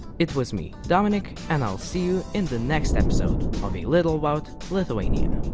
it was me dominic and i'll see you in the next episode of a little about lithuania.